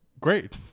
Great